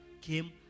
came